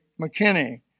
McKinney